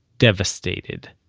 devastated.